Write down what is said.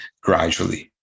gradually